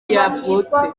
yavutse